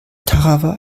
tarawa